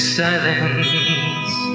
silence